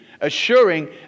assuring